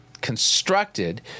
constructed